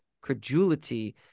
credulity